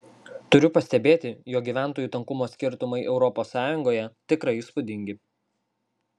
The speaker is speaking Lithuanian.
turiu pastebėti jog gyventojų tankumo skirtumai europos sąjungoje tikrai įspūdingi